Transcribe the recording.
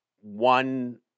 one